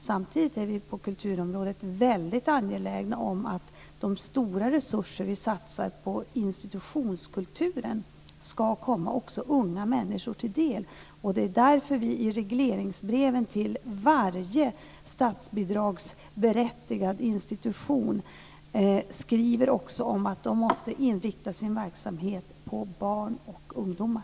Samtidigt är vi på kulturområdet väldigt angelägna om att de stora resurser vi satsar på institutionskulturen ska komma också unga människor till del. Det är därför vi i regleringsbreven till varje statsbidragsberättigad institution också skriver att de måste inrikta sin verksamhet på barn och ungdomar.